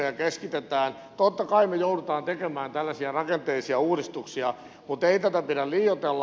totta kai me joudumme tekemään tällaisia rakenteellisia uudistuksia mutta ei tätä pidä liioitella